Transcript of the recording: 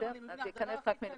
זה ייכנס רק מנובמבר.